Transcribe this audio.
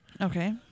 Okay